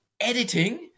editing